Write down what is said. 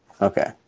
Okay